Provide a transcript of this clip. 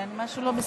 אנחנו עוברים